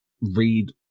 read